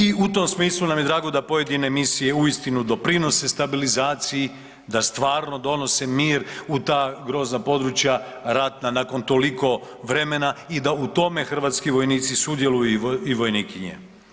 I u tom smislu nam je drago da pojedine misije uistinu doprinose stabilizaciji, da stvarno donose mir u ta grozna područja ratna nakon toliko vremena i da u tome hrvatski vojnici sudjeluju i vojnikinje.